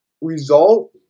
result